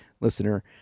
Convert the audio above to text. listener